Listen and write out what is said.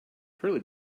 curly